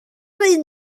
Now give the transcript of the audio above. unrhyw